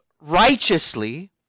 righteously